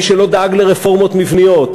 מי שלא דאג לרפורמות מבניות,